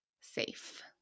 safe